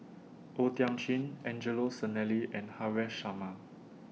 O Thiam Chin Angelo Sanelli and Haresh Sharma